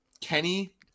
Kenny